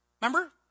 Remember